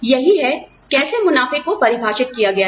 यही है कैसे मुनाफे को परिभाषित किया गया है